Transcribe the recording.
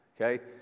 okay